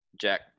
Jack